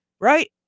right